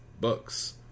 books